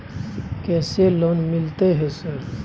कैसे लोन मिलते है सर?